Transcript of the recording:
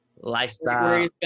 lifestyle